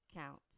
Counts